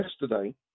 yesterday